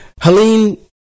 Helene